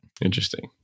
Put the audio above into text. Interesting